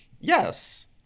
Yes